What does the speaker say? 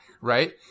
Right